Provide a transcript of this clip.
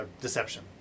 deception